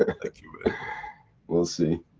ah thank you very. we'll see.